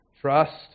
Trust